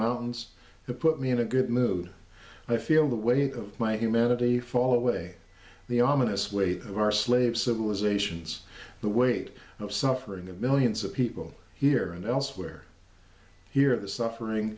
mountains the put me in a good mood i feel the weight of my humanity fall away the ominous weight of our slave civilizations the weight of suffering of millions of people here and elsewhere here the suffering